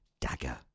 dagger